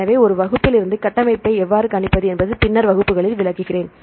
எனவே ஒரு வகுப்பிலிருந்து கட்டமைப்பை எவ்வாறு கணிப்பது என்பதை பின்னர் வகுப்புகளில் விளக்குகிறேன்